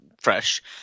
fresh